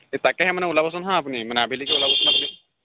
এই তাকেহে মানে ওলাবচোন হা আপুনি মানে আবেলিকৈ ওলাবচোন আবেলি